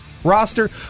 Roster